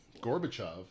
Gorbachev